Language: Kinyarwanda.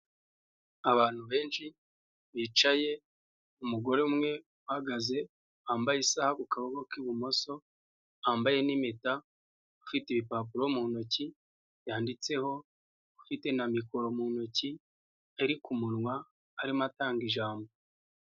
Abantu benshi bicaye, umugore umwe uhagaze wambaye isaha ku kaboko k'ibumoso wambaye n'impeta, ufite ibipapuro mu ntoki byanditseho, ufite na mikoro mu ntoki iri ku munwa arimo atanga ijambo.